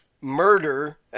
Murder